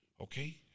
Okay